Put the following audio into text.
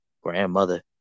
grandmother